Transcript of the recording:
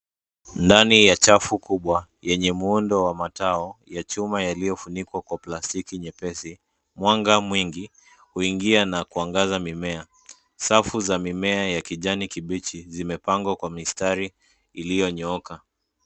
Ndani ya chafu kubwa yenye muundo wa matao ya chuma iliyofunikwa kwa plastiki nyepesi. Mwanga mwingi huingia na kuangaza mimea. Safu za mimea ya kijani kibichi zimepangwa kwa mistari iliyonyooka.